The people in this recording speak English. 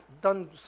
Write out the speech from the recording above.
done